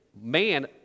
man